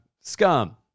scum